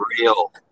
real